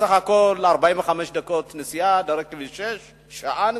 בסך הכול 45 דקות נסיעה דרך כביש 6, שעה נסיעה?